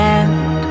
end